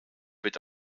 wird